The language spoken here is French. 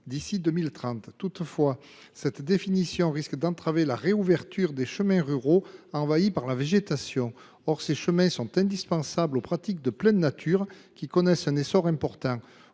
d’ici à 2030. Toutefois, cette définition risque d’entraver la réouverture des chemins ruraux envahis par la végétation. Or ces chemins sont indispensables aux pratiques de pleine nature, qui connaissent un essor important.